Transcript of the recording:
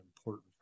important